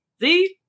See